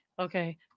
Okay